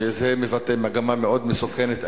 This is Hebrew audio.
שזה מבטא מגמה מאוד מסוכנת,